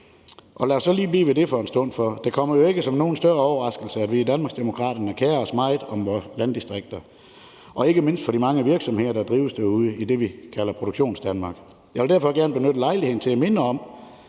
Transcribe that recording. Lad os så lige blive ved det for en stund, for det kommer jo ikke som nogen større overraskelse, at vi i Danmarksdemokraterne kerer os meget om vores landdistrikter, ikke mindst de mange virksomheder, der drives ude i det, vi kalder Produktionsdanmark. Jeg vil derfor gerne benytte lejligheden til at minde om,